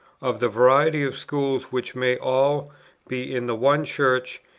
of the variety of schools which may all be in the one church,